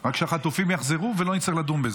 רק שהחטופים יחזרו, ולא נצטרך לדון בזה.